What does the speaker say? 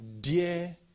dear